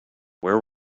where